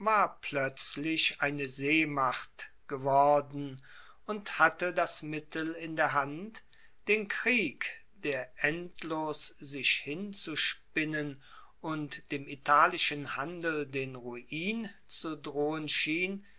ploetzlich eine seemacht geworden und hatte das mittel in der hand den krieg der endlos sich hinauszuspinnen und dem italischen handel den ruin zu drohen schien